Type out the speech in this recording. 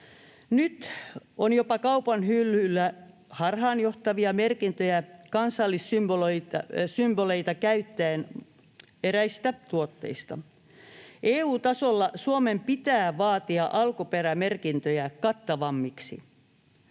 Nyt on jopa kaupanhyllyillä harhaanjohtavia merkintöjä eräissä kansallissymboleita käyttävissä tuotteissa. EU-tasolla Suomen pitää vaatia alkuperämerkintöjä kattavammiksi.